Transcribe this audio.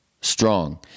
strong